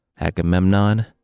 Agamemnon